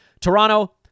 Toronto